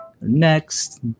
next